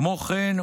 כמו כן,